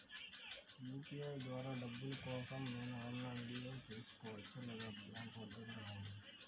UPI ద్వారా డబ్బులు కోసం నేను ఆన్లైన్లో చేసుకోవచ్చా? లేదా బ్యాంక్ వద్దకు రావాలా?